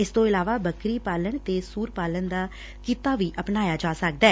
ਇਸ ਤੋਂ ਇਲਾਵਾ ਬੱਕਰੀ ਪਾਲਣ ਤੇ ਸੁਰ ਪਾਲਣ ਦਾ ਕਿੱਤਾ ਵੀ ਅਪਣਾਇਆ ਜਾ ਸਕਦੈ